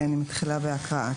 אני מתחילה בהקראה.